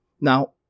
Now